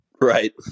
Right